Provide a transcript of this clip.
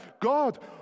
God